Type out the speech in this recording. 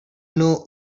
know